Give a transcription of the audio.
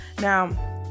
Now